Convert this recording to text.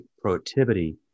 productivity